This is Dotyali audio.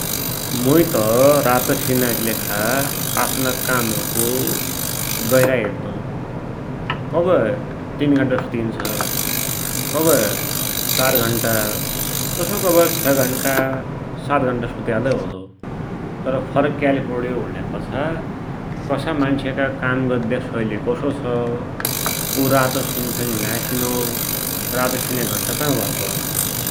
मुइत रात सिनाकीलेखा आफ्ना कामको गहिराई हेद्दुँ, कभै तिन घण्टा सुतिन्छ, कभै चार घण्टा, तसो कभै छ घण्टा, सात घण्टा सुत्या लै होलो, तर फरक क्याले पड्यो भुण्यापाछा कसा मान्सको काम गद्या शैली कसो छ, उ रात सिन्छकि ना सिनो, रात सिन्या घण्टा तै मा भर पडुन्छ ।